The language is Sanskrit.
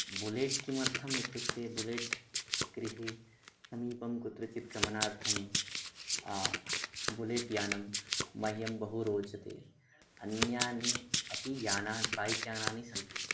बुलेट् किमर्थम् इत्युक्ते बुलेट् गृहे समीपं कुत्रचित् गमनार्थं बुलेट्यानं मह्यं बहु रोचते अन्यानि अपि यान बैक्यानानि सन्ति